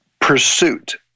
pursuit